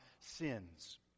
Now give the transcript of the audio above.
sins